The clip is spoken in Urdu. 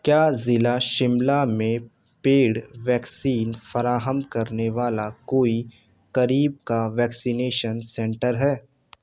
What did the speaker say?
کیا ضلع شملہ میں پیڈ ویکسین فراہم کرنے والا کوئی قریب کا ویکسینیشن سینٹر ہے